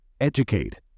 educate